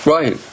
Right